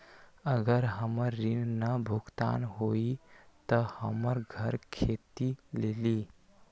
अगर हमर ऋण न भुगतान हुई त हमर घर खेती लेली?